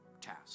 task